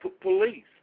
police